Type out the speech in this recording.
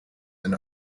and